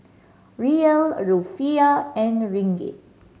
Riyal Rufiyaa and Ringgit